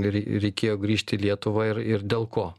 rei reikėjo grįžti į lietuvą ir ir dėl ko